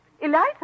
Eliza